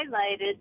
highlighted